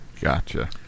Gotcha